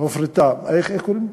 "פיטנגו".